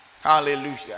Hallelujah